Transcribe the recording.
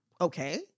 Okay